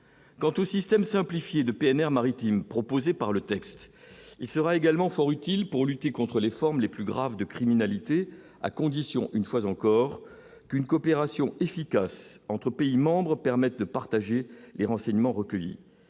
quant au système simplifié de PNR maritime proposé par le texte, il sera également fort utile pour lutter contre les formes les plus graves de criminalité à condition une fois encore qu'une coopération efficace entre pays membres permettent de partager les renseignements recueillis,